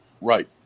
Right